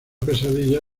pesadilla